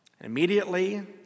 immediately